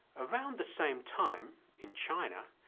around the same time in china,